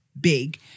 big